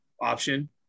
option